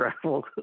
travel